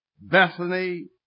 Bethany